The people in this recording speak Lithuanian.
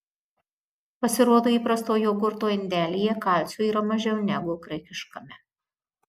pasirodo įprasto jogurto indelyje kalcio yra mažiau negu graikiškame